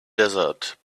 desert